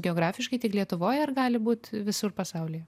geografiškai tik lietuvoj ar gali būt visur pasaulyje